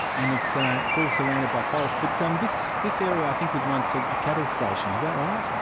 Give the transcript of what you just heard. and it's ah it's all surrounded by forest. but um this this area i think was once a cattle station, is that right?